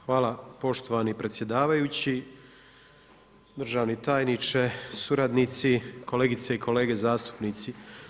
Hvala poštovani predsjedavajući, državni tajniče, suradnici, kolegice i kolege zastupnici.